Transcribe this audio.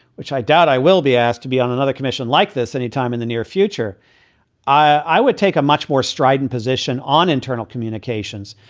which i doubt i will be asked to be on another commission like this anytime in the near future i would take a much more strident position on internal communications.